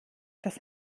dass